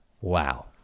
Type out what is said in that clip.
Wow